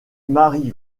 mary